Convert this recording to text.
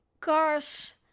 car's